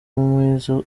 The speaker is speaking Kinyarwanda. mwiza